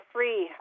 Free